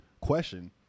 question